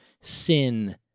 sin